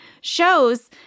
shows